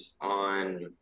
on